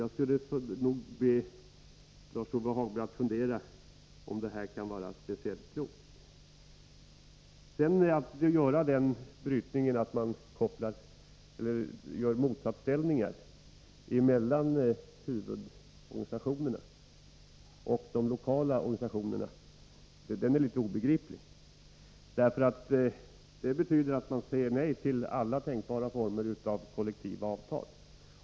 Jag skulle vilja be Lars-Ove Hagberg att fundera på om det kan vara speciellt klokt att åstadkomma en motsatsställning mellan huvudorganisationerna och de lokala organisationerna — det är obegripligt att man gör det. Det betyder att man säger nej till alla tänkbara former av kollektiva avtal.